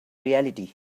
reality